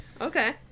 Okay